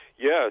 Yes